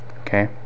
Okay